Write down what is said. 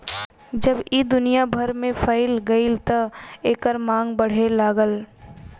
जब ई दुनिया भर में फइल गईल त एकर मांग बढ़े लागल